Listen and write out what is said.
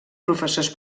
professors